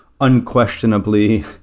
unquestionably